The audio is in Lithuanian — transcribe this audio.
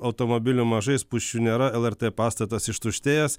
automobilių mažai spūsčių nėra lrt pastatas ištuštėjęs